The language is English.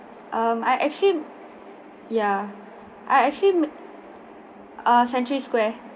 um I actually ya I actually century square